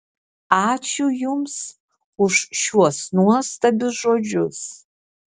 ačiū jums už šiuos nuostabius žodžius